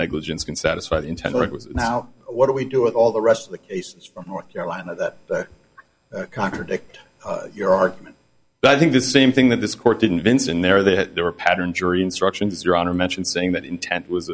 negligence can satisfy the intent or it was now what do we do with all the rest of the cases from north carolina that contradict your argument but i think the same thing that this court didn't vince in there that there were pattern jury instructions your honor mentioned saying that intent w